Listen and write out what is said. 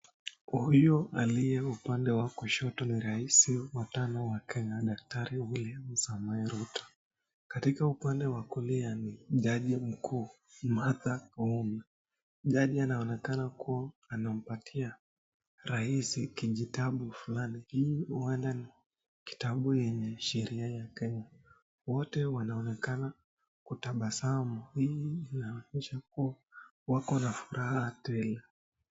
Huyu aliye upande wa kushoto ni rais wa tano wa Kenya Daktari William Samoei Ruto. Katika upande wa kulia ni jaji mkuu Martha Koome. Jaji anaonekana kuwa anampatia rais kijitabu fulani. Hii huenda ni kitabu yenye sheria ya Kenya. Wote wanaonekana kutabasamu. Hii inaonyesha kuwa wako na furaha tele.